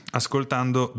ascoltando